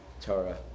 Torah